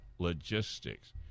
Logistics